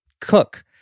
cook